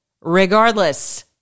regardless